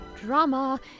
Drama